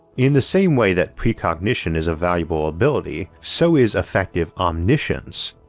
in the same way that precognition is a valuable ability, so is effective omniscience,